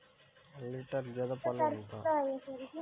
Litre గేదె పాలు ఎంత?